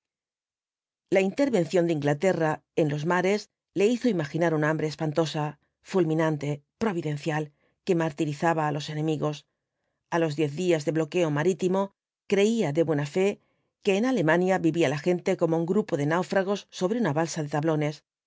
la intervención de inglaterra en los mares le hizo imaginar un hambre espantosa fulminante providencial que martirizaba á los enemigos a los diez días de bloqueo marítimo creía de buena fe que en alemania vivía la gente como un grupo de náufragos sobre una balsa de tablones